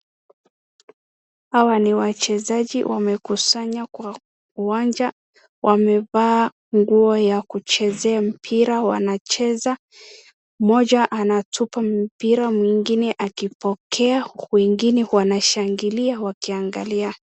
Hawa ni wachezaji wamekusanya kwa uwanja, wamevaa nguo ya kuchezea mpira, wanacheza. Mmoja anatupa mpira, mwingine akipokea, wengine wanashangilia wakiangalia.